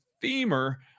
femur